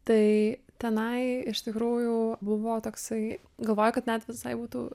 tai tenai iš tikrųjų buvo toksai galvoju kad net visai būtų